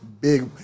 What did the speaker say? Big